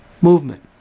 movement